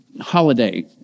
holiday